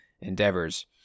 endeavors